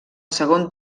segon